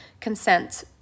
consent